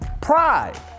pride